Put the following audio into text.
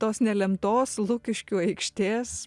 tos nelemtos lukiškių aikštės